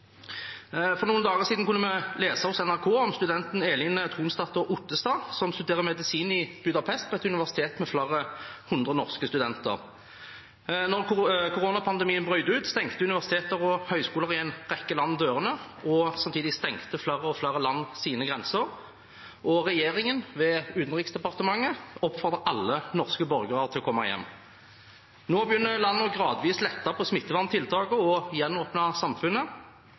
For noen dager siden kunne vi lese hos NRK om studenten Elin Trondsdatter Ottestad, som studerer medisin på et universitet i Budapest med flere hundre norske studenter. Da koronapandemien brøt ut, stengte universiteter og høyskoler i en rekke land dørene, og samtidig stengte flere og flere land sine grenser. Og regjeringen, ved Utenriksdepartementet, oppfordret alle norske borgere til å komme hjem. Nå begynner landet gradvis å lette på smitteverntiltakene og gjenåpne samfunnet,